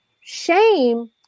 shame